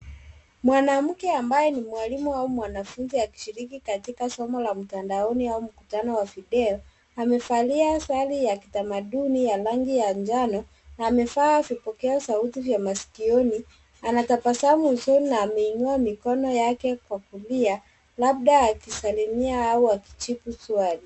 Mwanamke ambaye ni mwalimu au mwanafunzi akishiriki katika somo la mtandaoni au mkutano wa video. Amevalia sare ya kitamaduni ya rangi ya njano na amevaa vipokea sauti vya masikioni. Anatabasamu usoni na ameinua mikono yake kwa kulia labda akisalimia au kujibu swali.